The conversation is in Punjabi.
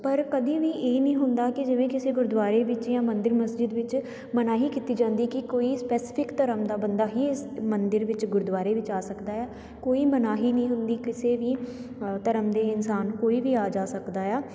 ਪਰ ਕਦੀ ਵੀ ਇਹ ਨਹੀਂ ਹੁੰਦਾ ਕਿ ਜਿਵੇਂ ਕਿਸੇ ਗੁਰਦੁਆਰੇ ਵਿਚ ਜਾਂ ਮੰਦਰ ਮਸਜਿਦ ਵਿੱਚ ਮਨਾਹੀ ਕੀਤੀ ਜਾਂਦੀ ਕਿ ਕੋਈ ਸਪੈਸਫਿਕ ਧਰਮ ਦਾ ਬੰਦਾ ਹੀ ਇਸ ਮੰਦਰ ਵਿੱਚ ਗੁਰਦੁਆਰੇ ਵਿੱਚ ਆ ਸਕਦਾ ਹੈ ਕੋਈ ਮਨਾਹੀ ਨਹੀਂ ਹੁੰਦੀ ਕਿਸੇ ਵੀ ਧਰਮ ਦੇ ਇਨਸਾਨ ਨੂੰ ਕੋਈ ਵੀ ਆ ਜਾ ਸਕਦਾ ਆ